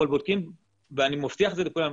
אני מבטיח לכולם,